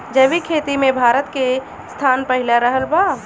जैविक खेती मे भारत के स्थान पहिला रहल बा